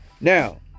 now